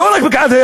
לא רק בקעת-הירדן,